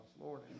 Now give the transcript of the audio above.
Lord